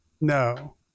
No